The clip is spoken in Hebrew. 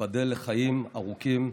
תיבדל לחיים ארוכים,